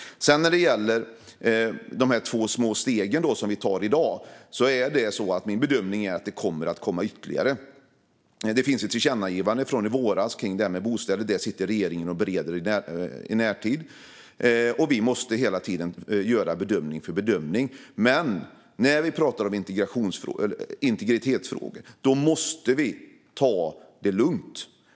När det sedan gäller de två små steg vi tar i dag är min bedömning att det kommer att komma ytterligare. Det finns ett tillkännagivande från i våras om detta med bostäder, och det bereder regeringen i närtid. Vi måste hela tiden göra en bedömning från fall till fall. Men när vi pratar om integritetsfrågor måste vi ta det lugnt.